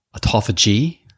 Autophagy